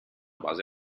base